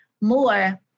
more